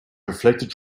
reflected